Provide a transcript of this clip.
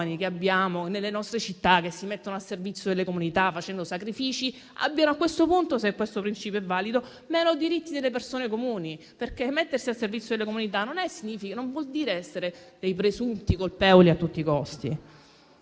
che abbiamo nelle nostre città, che si mettono al servizio delle comunità facendo sacrifici, avrebbero, se questo principio fosse valido, meno diritti delle persone comuni. Mettersi al servizio delle comunità, infatti, non vuol dire essere dei presunti colpevoli a tutti i costi.